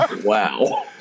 Wow